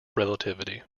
relativity